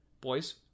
boys